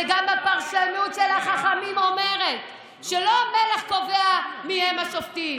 וגם הפרשנות של החכמים אומרת שלא המלך קובע מיהם השופטים.